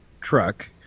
truck